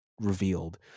revealed